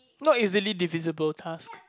not easily divisible task